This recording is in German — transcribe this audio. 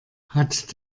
hat